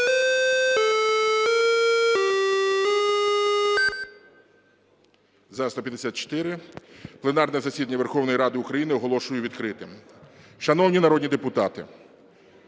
За – 154. Пленарне засідання Верховної Ради України оголошую відкритим. Шановні народні депутати,